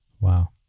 Wow